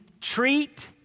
treat